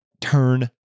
turn